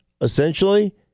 essentially